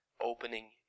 opening